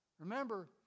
Remember